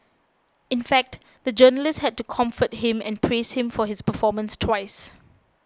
in fact the journalist had to comfort him and praise him for his performance twice